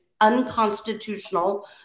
unconstitutional